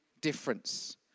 difference